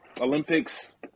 Olympics